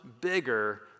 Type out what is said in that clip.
bigger